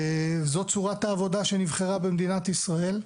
זאת צורת העבודה שנבחרה במדינת ישראל,